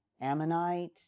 Ammonite